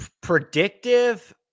Predictive